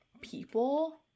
people